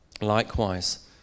Likewise